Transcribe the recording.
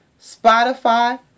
Spotify